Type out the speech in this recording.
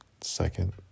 second